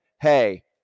Hey